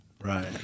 Right